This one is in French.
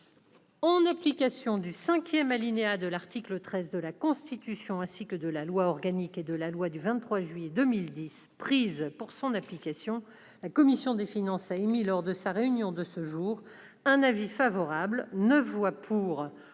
En application du cinquième alinéa de l'article 13 de la Constitution, ainsi que de la loi organique et de la loi du 23 juillet 2010, adoptées pour son application, la commission des finances a émis, lors de sa réunion de ce jour, un avis favorable, par 9 voix pour,